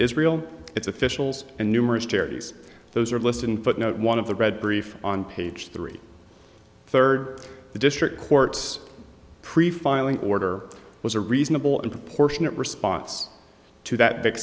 israel its officials and numerous charities those are listed in footnote one of the read brief on page three third the district court's pre filing order was a reasonable and proportionate response to that